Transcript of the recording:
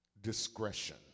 discretion